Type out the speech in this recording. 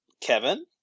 Kevin